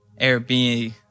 Airbnb